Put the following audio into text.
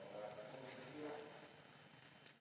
Hvala